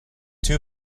two